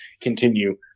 continue